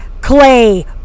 Clay